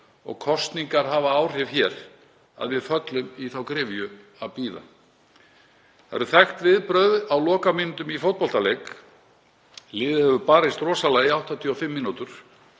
og kosningar hafa áhrif hér, að við föllum í þá gryfju að bíða. Það eru þekkt viðbrögð á lokamínútum í fótboltaleik. Liðið hefur barist rosalega í 85 mínútur.